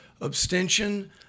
abstention